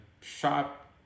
shop